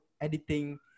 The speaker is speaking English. editing